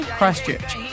Christchurch